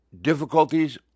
difficulties